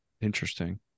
Interesting